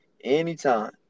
Anytime